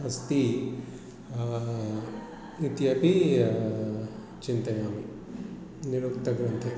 अस्ति इत्यपि चिन्तयामि निरुक्तग्रन्थे